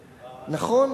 נכון?